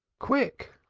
quick!